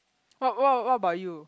what what what about you